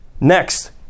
next